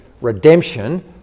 redemption